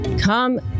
Come